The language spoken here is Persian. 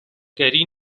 گری